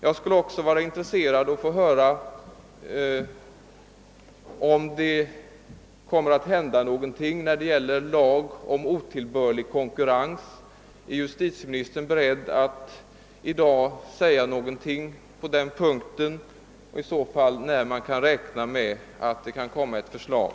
Jag skulle vidare vara intresserad av att få veta om det kommer att framläggas något förslag av betydelse i detta sammanhang i samband med arbetet på lagen om otillbörlig konkurrens. Är justitieministern beredd att i dag göra något uttalande om detta och om när ett eventuellt sådant förslag kan väntas?